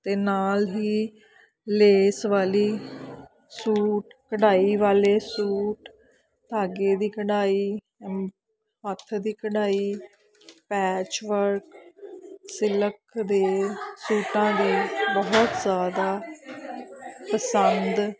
ਅਤੇ ਨਾਲ ਹੀ ਲੇਸ ਵਾਲੀ ਸੂਟ ਕਢਾਈ ਵਾਲੇ ਸੂਟ ਧਾਗੇ ਦੀ ਕਢਾਈ ਹੱਥ ਦੀ ਕਢਾਈ ਪੈਚ ਵਰਕ ਸਿਲਕ ਦੇ ਸੂਟਾਂ ਦੇ ਬਹੁਤ ਜ਼ਿਆਦਾ ਪਸੰਦ